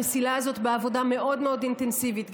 המסילה הזאת בעבודה מאוד מאוד אינטנסיבית,